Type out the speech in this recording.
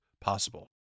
possible